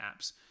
apps